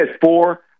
four